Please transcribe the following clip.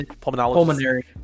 pulmonary